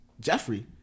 Jeffrey